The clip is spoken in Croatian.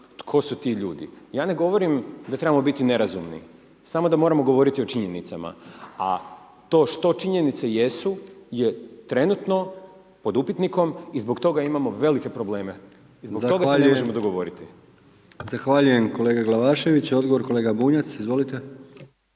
tko su ti ljudi. Ja ne govorim da trebamo biti nerazumni, samo da moramo govoriti o činjenicama, a to što činjenice jesu je trenutno pod upitnikom i zbog toga imamo velike probleme…/Upadica: Zahvaljujem/…i zbog toga se ne